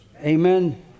Amen